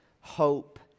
hope